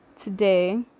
today